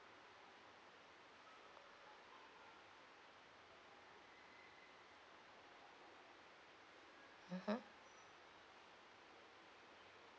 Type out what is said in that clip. mmhmm